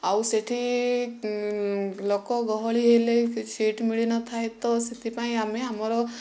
ଆଉ ସେଠି ଲୋକ ଗହଳି ହେଲେ ସିଟ୍ ମିଳିନଥାଏ ତ ସେଥିପାଇଁ ଆମେ ଆମର